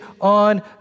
on